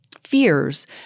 fears